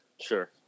Sure